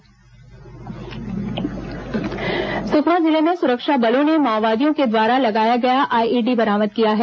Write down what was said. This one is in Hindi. आईईडी बरामद सुकमा जिले में सुरक्षा बलों ने माओवादियों द्वारा लगाया गया आईईडी बरामद किया है